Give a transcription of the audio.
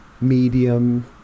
medium